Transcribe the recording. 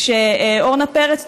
כשאורנה פרץ,